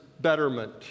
betterment